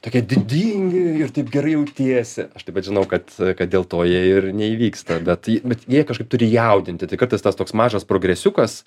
tokie didingi ir taip gerai jautiesi aš taip pat žinau kad kad dėl to jie ir neįvyksta bet jie bet jie kažkaip turi jaudinti tai kartais tas toks mažas progresiukas